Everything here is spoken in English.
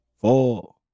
four